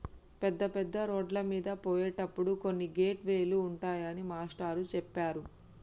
పెద్ద పెద్ద రోడ్లమీద పోయేటప్పుడు కొన్ని గేట్ వే లు ఉంటాయని మాస్టారు చెప్పారు